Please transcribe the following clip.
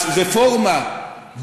הרפורמה,